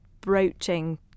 broaching